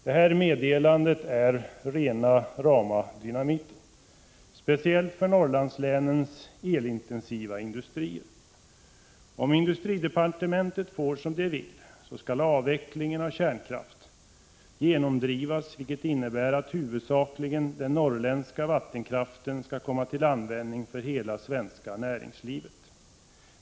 Detta meddelande är rena rama dynamiten, speciellt för Norrlandslänens elintensiva industrier. Om industridepartementet får som det vill, så skall avvecklingen av kärnkraften genomdrivas, vilket innebär att huvudsakligen den norrländska vattenkraften skall komma till användning för hela svenska näringslivet.